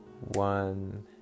one